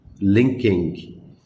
linking